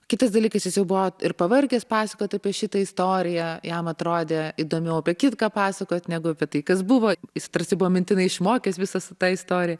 kitas dalykas jis jau buvo ir pavargęs pasakoti apie šitą istoriją jam atrodė įdomiau apie kitką pasakot negu apie tai kas buvo jis tarsi buvo mintinai išmokęs visą tą istoriją